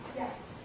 yes.